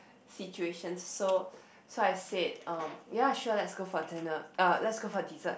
situations so so I said uh ya sure let's go for dinner uh let's go for dessert